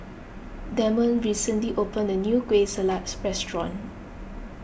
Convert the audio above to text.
Demond recently opened a new Kueh Salat restaurant